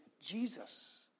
Jesus